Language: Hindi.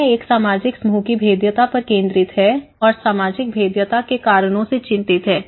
यह एक सामाजिक समूह की भेद्यता पर केंद्रित है और सामाजिक भेद्यता के कारणों से चिंतित है